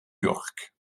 york